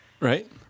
Right